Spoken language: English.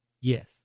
Yes